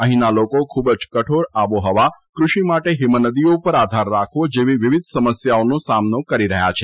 અહીંના લોકો ખૂબ જ કઠોર આબોહવા ફષિ માટે હિમનદીઓ ઉપર આધાર રાખવો જેવી વિવિધ સમસ્યાઓનો સામનો કરી રહ્યા છે